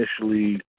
initially